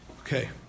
Okay